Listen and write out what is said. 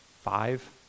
five